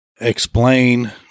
explain